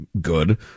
Good